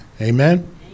amen